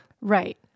Right